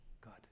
God